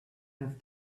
have